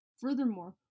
Furthermore